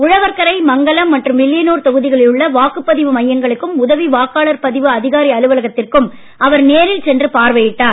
உழவர்கரை மங்கலம் மற்றும் வில்லியனூர் தொகுதிகளில் உள்ள வாக்குப்பதிவு மையங்களுக்கும் உதவி வாக்காளர் பதிவு அதிகாரி அலுவலகத்திற்கும் அவர் நேரில் சென்று பார்வையிட்டார்